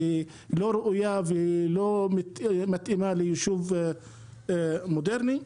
לא ראויה ולא מתאימה ליישוב מודרני.